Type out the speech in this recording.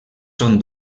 són